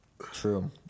True